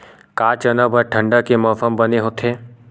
का चना बर ठंडा के मौसम बने होथे?